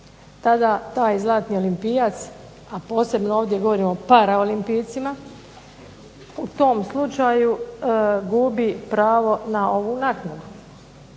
tada taj zlatni olimpijac, a posebno ovdje govorim o paraolimpijcima, u tom slučaju gubi pravo na ovu naknadu.